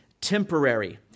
temporary